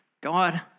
God